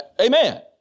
Amen